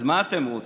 אז מה אתם רוצים?